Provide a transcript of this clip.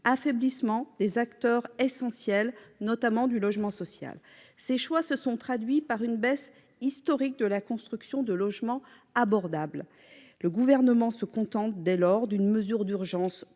affaiblissement des acteurs essentiels, notamment ceux du logement social ... Ces choix se sont traduits par une baisse historique de la construction de logements abordables. Le Gouvernement se contente aujourd'hui d'une mesure d'urgence